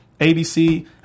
ABC